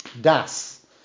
Das